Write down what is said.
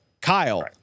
Kyle